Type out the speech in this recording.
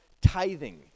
tithing